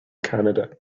canada